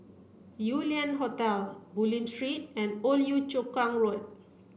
Yew Lian Hotel Bulim Street and Old Yio Chu Kang Road